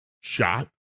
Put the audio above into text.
shot